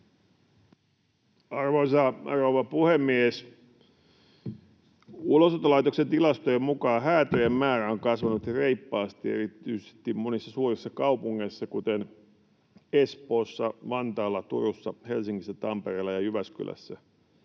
Arvoisa rouva puhemies! Ulosottolaitoksen tilastojen mukaan häätöjen määrä on kasvanut reippaasti erityisesti monissa suurissa kaupungeissa, kuten Espoossa, Vantaalla, Turussa, Helsingissä, Tampereella ja Jyväskylässä.